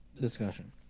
Discussion